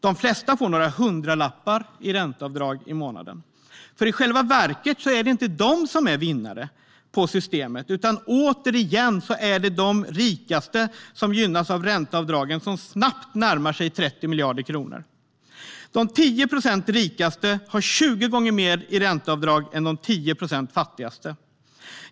De flesta får några hundralappar i ränteavdrag i månaden. I själva verket är det inte de som är vinnare på systemet, utan det är återigen de rikaste som gynnas av ränteavdragen, som snabbt närmar sig 30 miljarder kronor. De rikaste 10 procenten har 20 gånger mer i ränteavdrag än de fattigaste 10 procenten.